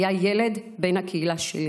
היה ילד בן הקהילה שלי.